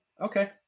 Okay